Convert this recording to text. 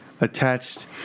attached